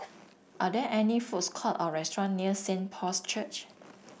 are there any foods court or restaurant near Saint Paul's Church